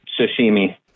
Sashimi